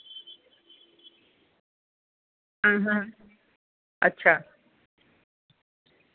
अच्छा